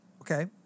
okay